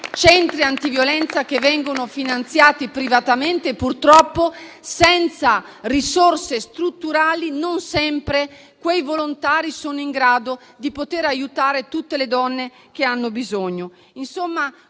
centri antiviolenza che vengono finanziati privatamente, purtroppo senza risorse strutturali e non sempre quei volontari sono in grado di aiutare tutte le donne che hanno bisogno.